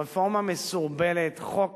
הרפורמה מסורבלת, חוק